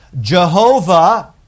Jehovah